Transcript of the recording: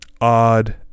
Odd